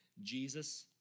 Jesus